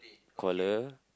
collar